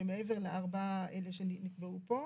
שהם מעבר לארבעה האלה שנקבעו פה.